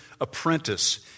apprentice